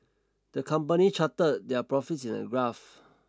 the company charted their profits in a graph